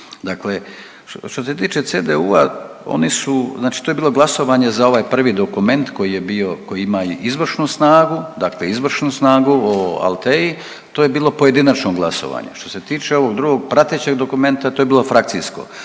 Dakle što se tiče CDU-a, oni su, znači to je bilo glasovanje za ovaj prvi dokument koji je bio, koji ima i izvršnu snagu, dakle izvršnu snagu o Althei, to je bilo pojedinačno glasovanje. Što se tiče ovog drugog pratećeg dokumenta to je bilo frakcijsko.